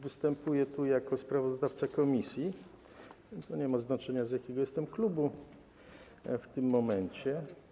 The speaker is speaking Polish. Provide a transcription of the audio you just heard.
Występuję tu jako sprawozdawca komisji, więc to nie ma znaczenia, z jakiego jestem klubu w tym momencie.